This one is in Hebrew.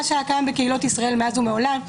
זה מה שהיה קיים בקהילות ישראל מאז ומעולם,